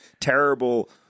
terrible